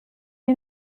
and